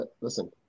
Listen